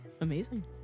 amazing